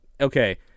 Okay